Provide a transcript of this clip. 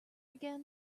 again